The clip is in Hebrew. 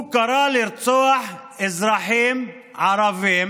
הוא קרא לרצוח אזרחים ערבים,